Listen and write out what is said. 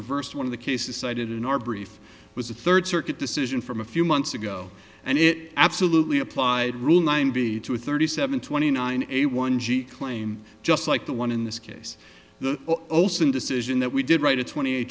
reversed one of the cases cited in our brief was a third circuit decision from a few months ago and it absolutely applied rule nine two thirty seven twenty nine a one claim just like the one in this case the olson decision that we did write a twenty eight